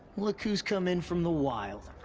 look who's come in from the wild.